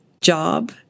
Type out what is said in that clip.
job